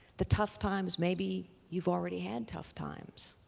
the tough times, maybe you've already had tough times.